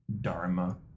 Dharma